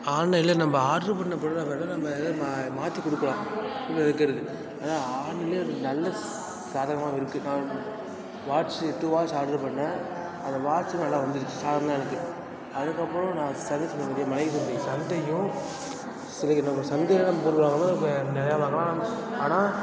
ஆன்லைன்ல நம்ம ஆட்ரு பண்ண பொருளை விட நம்ம இதை மா மாற்றி கொடுக்குறான் அதுதான் ஆன்லைன் நல்ல சாதகமாகவும் இருக்குது நான் வாட்ச்சு டூ வாட்ச்சு ஆட்ரு பண்ணேன் அந்த வாட்ச்சு நல்லா வந்துருச்சு சாதாரணமாக இருக்குது அதுக்கப்புறம் நான் அதை சர்வீஸ் பண்ணுறக்கு சந்தையும் இன்றைக்கு நம்ம சந்தையில் நம்ம பொருள் வாங்குனால் இப்போ நிறையா வாங்கலாம் ஆனால்